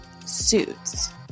Suits